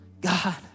God